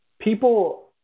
People